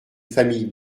famille